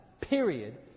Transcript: period